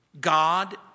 God